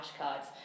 flashcards